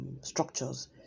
structures